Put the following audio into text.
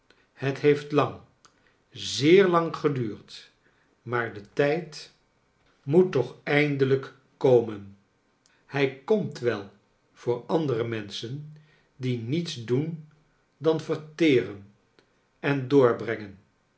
het heeft lang zeer lang geduurd maar de tijd moet toch eindelijk komen hij komt wel voor andere menschen die niets doen dan verteren en doorbrengen